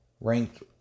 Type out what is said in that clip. ranked